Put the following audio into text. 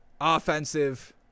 offensive